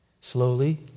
Slowly